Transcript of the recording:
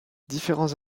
différents